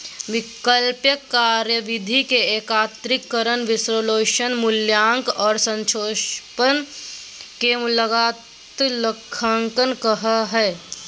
वैकल्पिक कार्यविधि के एकत्रीकरण, विश्लेषण, मूल्यांकन औरो संक्षेपण के लागत लेखांकन कहो हइ